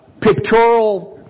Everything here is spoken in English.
pictorial